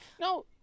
No